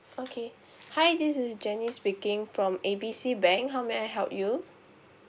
okay hi this is jenny speaking from A B C bank how may I help you